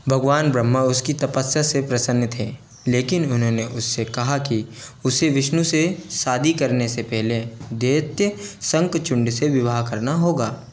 भगवान ब्रह्मा उसकी तपस्या से प्रसन्न थे लेकिन उन्होंने उससे कहा कि उसे विष्णु से शादी करने से पहले दैत्य शंखचूंड से विवाह करना होगा